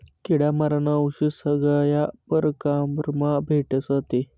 किडा मारानं औशद सगया परकारमा भेटस आते